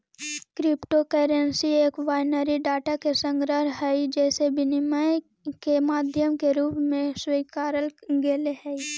crypto currency एक binary data के संग्रह हइ जेसे विनिमय के माध्यम के रूप में स्वीकारल गेले हइ